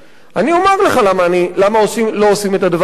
אני אומר לך למה לא עושים את הדבר הפשוט.